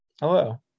hello